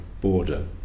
border